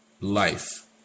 life